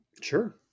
Sure